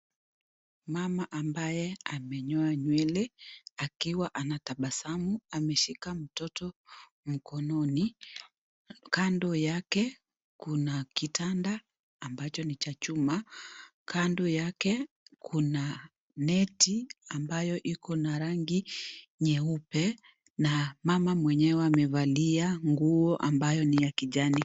Mama ambaye amenyoa nywele akiwa ana tabasamu ameshika mtoto mkononi. Kando yake, kuna kitanda ambacho ni cha chuma, kando yake kuna neti ambayo iko na rangi nyeupe na mama mwenyewe amevalia nguo ambayo ni ya kijani.